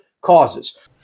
causes